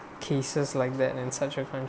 cases like that and such a